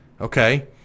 okay